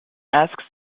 asks